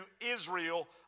Israel